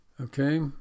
Okay